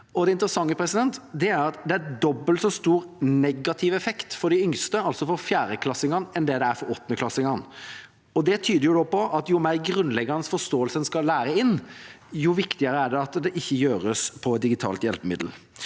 Det interessante er at det har dobbelt så stor negativ effekt for de yngste, altså for fjerdeklassingene, som det har for åttendeklassingene. Det tyder på at jo mer grunnleggende forståelse en skal lære inn, jo viktigere er det at det ikke gjøres på digitale hjelpemidler.